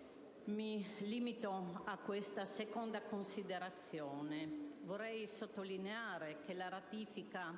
Slovenia. A questo proposito vorrei sottolineare che la ratifica